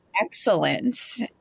excellence